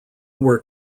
were